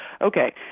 okay